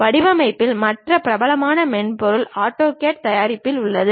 வடிவமைப்பதில் மற்ற பிரபலமான மென்பொருள் ஆட்டோகேட் தயாரிப்பதில் உள்ளது